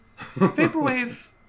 Vaporwave